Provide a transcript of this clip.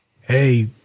hey